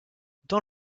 dans